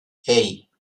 hey